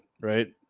right